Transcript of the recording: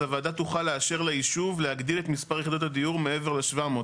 אז הוועדה תוכל לאשר ליישוב להגדיל את מספר יחידות הדיור מעבר ל-700.